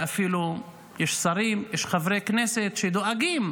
ואפילו יש שרים וחברי כנסת שדואגים